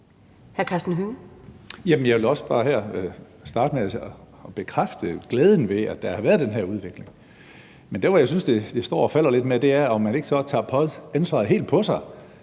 Jeg vil da også bare starte med at bekræfte glæden ved, at der har været den her udvikling. Men det, som jeg synes det står og falder lidt med, er, om man så tager ansvaret helt på sig